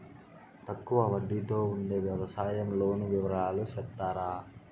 తక్కువ వడ్డీ తో ఉండే వ్యవసాయం లోను వివరాలు సెప్తారా?